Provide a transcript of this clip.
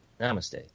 Namaste